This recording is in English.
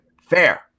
Fair